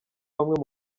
bamwe